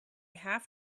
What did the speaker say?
have